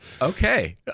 okay